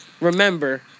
remember